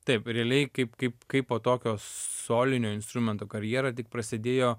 taip realiai kaip kaip kaipo tokio solinio instrumento karjera tik prasidėjo